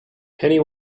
penny